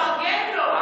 תפרגן לו.